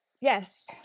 yes